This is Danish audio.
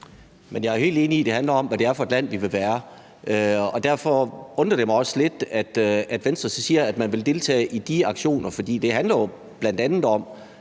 Jeg er helt enig i, at det handler om, hvad det er for et land, vi vil være. Derfor undrer det mig også lidt, at Venstre så siger, at man vil deltage i de aktioner, for det handler jo bl.a. om